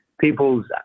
people's